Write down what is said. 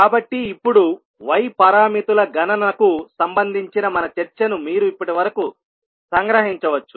కాబట్టి ఇప్పుడు y పారామితుల గణనకు సంబంధించిన మన చర్చను మీరు ఇప్పటి వరకు సంగ్రహించవచ్చు